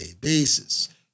basis